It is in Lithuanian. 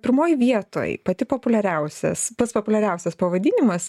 pirmoj vietoj pati populiariausias pats populiariausias pavadinimas